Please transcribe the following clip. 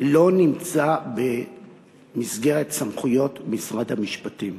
לא נמצא במסגרת סמכויות משרד המשפטים,